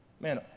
Man